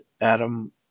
Adam